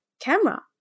Camera